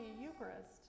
Eucharist